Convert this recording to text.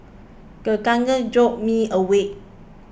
the thunder jolt me awake